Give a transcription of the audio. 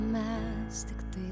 mes tiktai